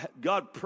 God